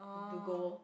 to go